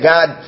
God